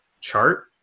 chart